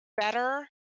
better